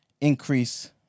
increase